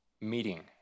meeting